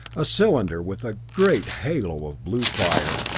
a cylinder with a great halo of blue fire,